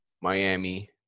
Miami